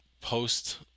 post